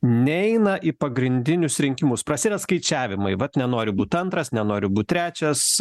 neina į pagrindinius rinkimus prasideda skaičiavimai vat nenoriu būt antras nenoriu būt trečias